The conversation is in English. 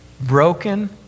Broken